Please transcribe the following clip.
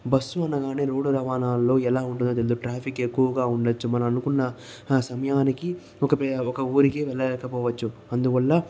bus అనగానే road రవాణాల్లో ఎలా ఉంటుందో తెలీదు ట్రాఫిక్ ఎక్కువగా ఉండవచ్చు మనం అనుకున్న ఆ సమయానికి ఒక ఒక ఊరికి వెళ్లలేకపోవచ్చు అందువల్ల